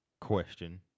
question